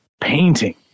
painting